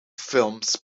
films